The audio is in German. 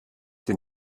den